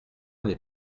n’est